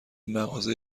مغازه